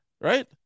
right